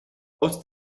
aus